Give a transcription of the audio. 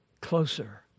closer